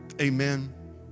Amen